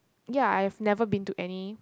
ya I've never been to any